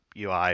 UI